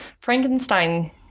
Frankenstein